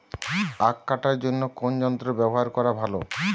আঁখ কাটার জন্য কোন যন্ত্র ব্যাবহার করা ভালো?